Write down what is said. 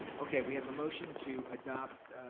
okay, we have a motion to adopt